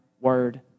Word